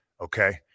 okay